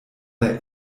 der